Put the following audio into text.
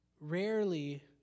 Rarely